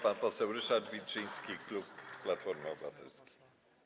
Pan poseł Ryszard Wilczyński, klub Platformy Obywatelskiej.